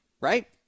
right